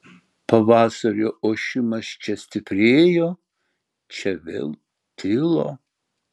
pavasario ošimas čia stiprėjo čia vėl tilo